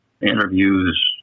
interviews